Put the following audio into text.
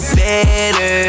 better